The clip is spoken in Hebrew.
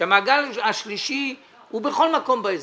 והמעגל השלישי הוא בכל מקום באזור,